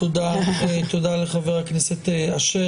תודה לחבר הכנסת אשר.